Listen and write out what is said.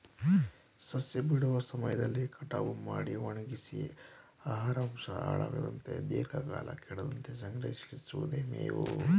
ಸಸ್ಯ ಬಿಡುವ ಸಮಯದಲ್ಲಿ ಕಟಾವು ಮಾಡಿ ಒಣಗ್ಸಿ ಆಹಾರಾಂಶ ಹಾಳಾಗದಂತೆ ದೀರ್ಘಕಾಲ ಕೆಡದಂತೆ ಸಂಗ್ರಹಿಸಿಡಿವುದೆ ಮೇವು